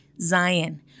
Zion